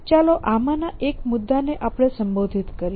ચાલો આમાંના એક મુદ્દાને આપણે સંબોધિત કરીએ